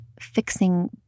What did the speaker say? fixing